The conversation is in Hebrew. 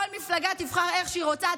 כל מפלגה תבחר איך שהיא רוצה,